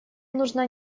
нужна